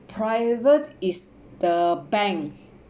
private is the bank